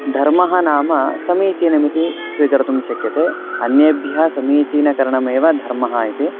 धर्मः नाम समीचीनमिति स्वीकर्तुं शक्यते अन्येभ्यः समीचीनकरणमेव धर्मः इति